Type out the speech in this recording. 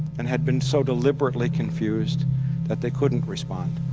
and had been so deliberately confused that they couldn't respond?